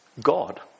God